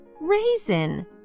Raisin